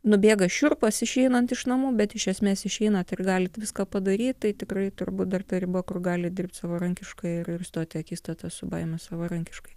nubėga šiurpas išeinant iš namų bet iš esmės išeinat ir galit viską padaryt tai tikrai turbūt dar ta riba kur galit dirbt savarankiškai ir ir stot į akistatą su baime savarankiškai